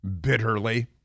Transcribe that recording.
Bitterly